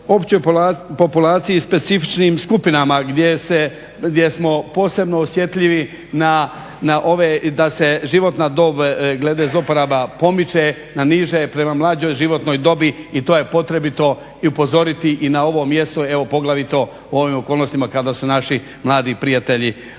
općoj populaciji i specifičnim skupinama gdje smo posebno osjetljivi na ove, da se životna dob glede iz oporaba pomiče na niže prema mlađoj životnoj dobi i to je potrebito i upozoriti, i na ovo mjesto, evo poglavito u ovim okolnostima kada su naši mladi prijatelji u